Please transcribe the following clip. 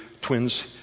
twins